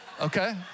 Okay